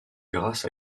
grâce